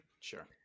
Sure